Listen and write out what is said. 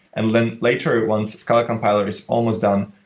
and then later once scala compiler is almost on,